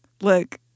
Look